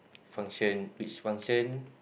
function which function